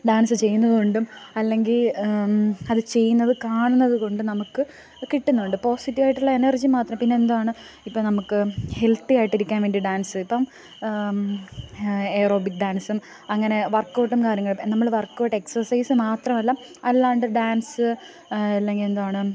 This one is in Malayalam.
ഡാൻസ് ചെയ്യുന്നതുകൊണ്ടും അല്ലെങ്കിൽ അത് ചെയ്യുന്നത് കാണുന്നതുകൊണ്ടും നമുക്ക് കിട്ടുന്നുണ്ട് പോസറ്റീവ് ആയിട്ടുള്ള എനർജി മാത്രം പിന്നെ എന്താണ് ഇപ്പോൾ നമുക്ക് ഹെൽത്തി ആയിട്ടിരിക്കാൻ വേണ്ടി ഡാൻസ് ഇപ്പം ഏറോബിക്ക് ഡാൻസും അങ്ങനെ വർക്ക് ഔട്ടും കാര്യങ്ങളും നമ്മൾ വർക്ക് ഔട്ട് എക്സർസൈസ് മാത്രമല്ല അല്ലാണ്ട് ഡാൻസ് അല്ലെങ്കിൽ എന്താണ്